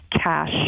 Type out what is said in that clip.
cash